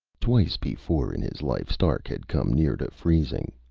twice before in his life stark had come near to freezing.